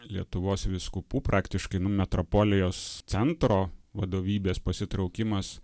lietuvos vyskupų praktiškai nu metropolijos centro vadovybės pasitraukimas